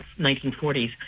1940s